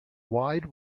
wide